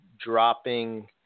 dropping